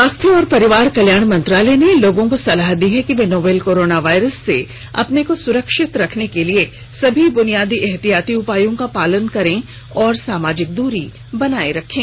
स्वास्थ्य और परिवार कल्याण मंत्रालय ने लोगों को सलाह दी है कि वे नोवल कोरोना वायरस से अपने को सुरक्षित रखने के लिए सभी बुनियादी एहतियाती उपायों का पालन करें और सामाजिक दूरी बनाए रखें